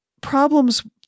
problems